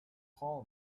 call